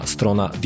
Strona